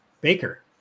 Baker